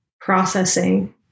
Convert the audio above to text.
processing